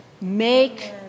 Make